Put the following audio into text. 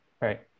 Right